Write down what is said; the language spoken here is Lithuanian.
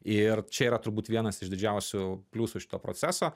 ir čia yra turbūt vienas iš didžiausių pliusų šito proceso